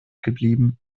geblieben